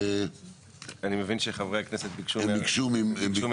אני מבין שחברי הכנסת ביקשו מאדוני